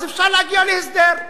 אז אפשר להגיע להסדר,